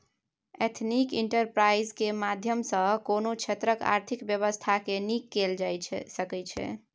ethnic enterprise केर माध्यम सँ कोनो क्षेत्रक आर्थिक बेबस्था केँ नीक कएल जा सकै छै